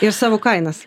ir savo kainas